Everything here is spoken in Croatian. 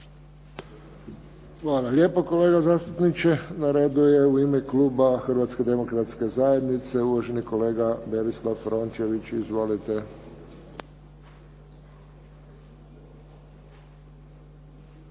Hvala lijepo kolega zastupniče. Na redu je u ime kluba Hrvatske demokratske zajednice uvaženi kolega Berislav Rončević. Izvolite.